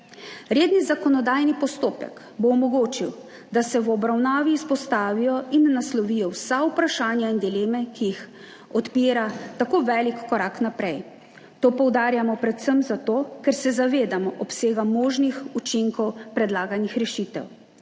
Redni zakonodajni postopek bo omogočil, da se v obravnavi izpostavijo in naslovijo vsa vprašanja in dileme, ki jih odpira tako velik korak naprej, To poudarjamo predvsem zato, ker se zavedamo obsega možnih učinkov predlaganih rešitev.